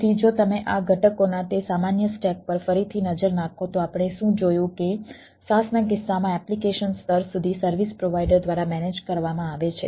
તેથી જો તમે આ ઘટકોના તે સામાન્ય સ્ટેક પર ફરીથી નજર નાખો તો આપણે શું જોશું કે SaaS ના કિસ્સામાં એપ્લિકેશન સ્તર સુધી સર્વિસ પ્રોવાઈડર દ્વારા મેનેજ કરવામાં આવે છે